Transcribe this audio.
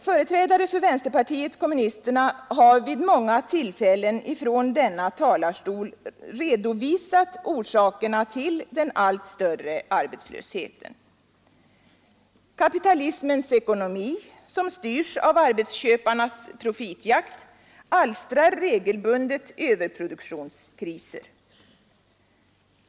Företrädare för vänsterpartiet kommunisterna har vid många tillfällen från denna talarstol redovisat orsakerna till den allt större arbetslösheten. Kapitalismens ekonomi, som styrs av arbetsköparnas profitjakt, alstrar regelbundet överproduktionskriser.